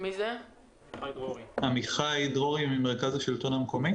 לגבי זה ביתר פירוט בהמשך,